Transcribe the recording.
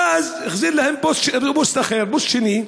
ואז החזיר להם פוסט אחר, פוסט שני,